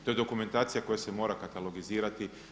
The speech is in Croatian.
To je dokumentacija koja se mora katalogizirati.